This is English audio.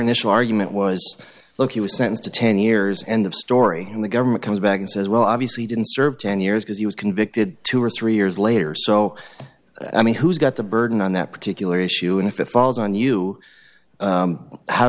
initial argument was look he was sentenced to ten years end of story and the government comes back and says well obviously didn't serve ten years because he was convicted two or three years later so i mean who's got the burden on that particular issue and if it falls on you